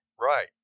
Right